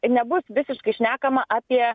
nebus visiškai šnekama apie